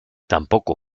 tampoco